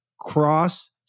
cross-